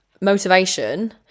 motivation